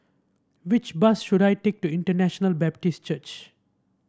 which bus should I take to International Baptist Church